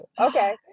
Okay